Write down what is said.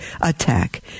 attack